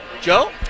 Joe